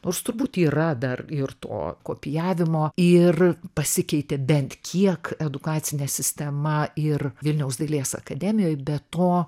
nors turbūt yra dar ir to kopijavimo ir pasikeitė bent kiek edukacinė sistema ir vilniaus dailės akademijoj be to